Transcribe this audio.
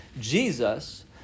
Jesus